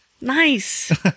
Nice